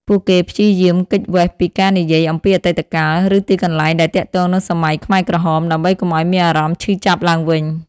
ពួកគេព្យាយាមគេចវេះពីការនិយាយអំពីអតីតកាល ឬទីកន្លែងដែលទាក់ទងនឹងសម័យខ្មែរក្រហម ដើម្បីកុំឲ្យមានអារម្មណ៍ឈឺចាប់ឡើងវិញ។